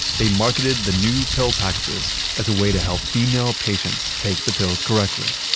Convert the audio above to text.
they marketed the new pill packages as a way to help female patients take the pills correctly.